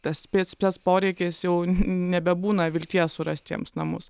tas spec spec poreikis jau nebebūna vilties surasti jiems namus